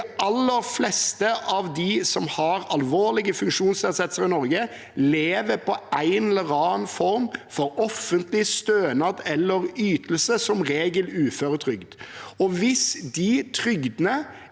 De aller fleste av dem som har alvorlige funksjonsnedsettelser i Norge, lever på en eller annen form for offentlig stønad eller ytelse, som regel uføretrygd, og hvis de trygdene